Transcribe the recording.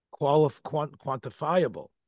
quantifiable